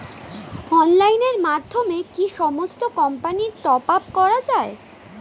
অনলাইনের মাধ্যমে কি সমস্ত কোম্পানির টপ আপ করা যায়?